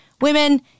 women